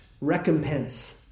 recompense